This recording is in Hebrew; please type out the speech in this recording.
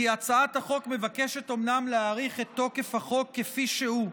כי הצעת החוק מבקשת אומנם להאריך את תוקף החוק כפי שהוא,